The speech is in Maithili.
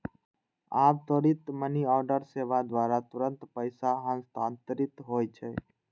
आब त्वरित मनीऑर्डर सेवा द्वारा तुरंत पैसा हस्तांतरित होइ छै